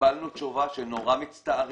וקיבלנו תשובה שהם נורא מצטערים,